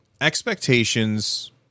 expectations